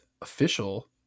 official